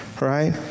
Right